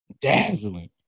dazzling